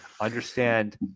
Understand